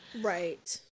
Right